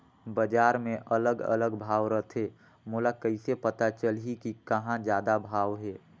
बजार मे अलग अलग भाव रथे, मोला कइसे पता चलही कि कहां जादा भाव हे?